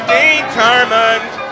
determined